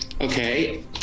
Okay